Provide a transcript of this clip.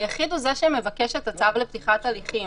היחיד הוא זה שמבקש את הצו לפתיחת הליכים,